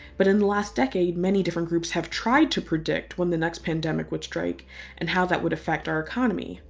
but in the last decade, many different groups have tried to predict when the next pandemic would strike and how that would affect our economy.